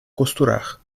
costurar